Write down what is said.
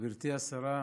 גברתי השרה,